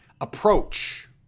approach